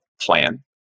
plan